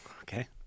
okay